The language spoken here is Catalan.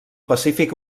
pacífic